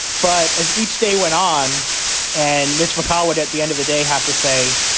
but as each day went on and mitch mcconnell would at the end of the day, have to say,